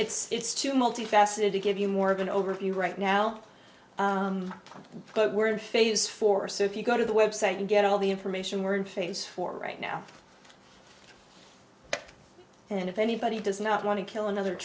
mean it's two multifaceted to give you more of an overview right now but we're in phase four so if you go to the website and get all the information we're in phase for right now and if anybody does not want to kill another